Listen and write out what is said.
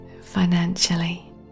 financially